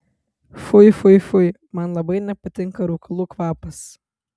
fui fui fui man labai nepatinka rūkalų kvapas